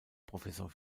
professor